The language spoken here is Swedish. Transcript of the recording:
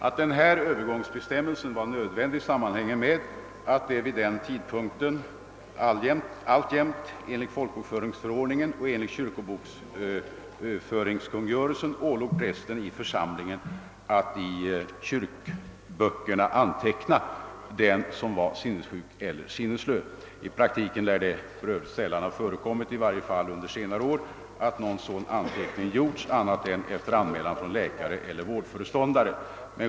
Att denna övergångsbestämmelse var nödvändig sammanhänger med att det vid denna tidpunkt alltjämt enligt folkbokföringsförordningen och enligt kyrkobokföringskungörelsen ålåg prästen i församlingen att i kyrkoböckerna anteckna den som var sinnessjuk eller sinnesslö. I praktiken lär det för övrigt sällan ha förekommit, i varje fall under senare år, att någon sådan anteckning gjorts annat än efter anmälan från läkare eller vårdföreståndare.